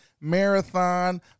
Marathon